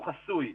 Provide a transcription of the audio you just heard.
הוא חסוי.